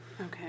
Okay